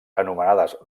anomenades